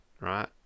right